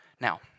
Now